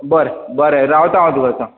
बरें बरें रावतां हांव तुका चल